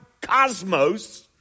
cosmos